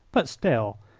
but still,